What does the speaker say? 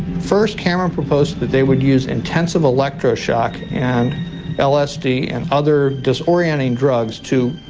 first, cameron proposed that they would use intensive electro-shock, and lsd and other disorienting drugs to,